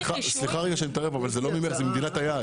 סליחה שאני מתערב אבל זה לא ממך אלא ממדינת היעד.